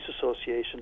Association